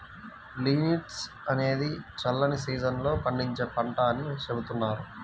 linseed అనేది చల్లని season లో పండించే పంట అని చెబుతున్నారు